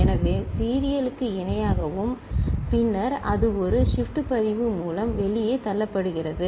எனவே சீரியலுக்கு இணையாகவும் பின்னர் அது ஒரு ஷிப்ட் பதிவு மூலம் வெளியே தள்ளப்படுகிறது